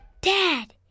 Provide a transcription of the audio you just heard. Dad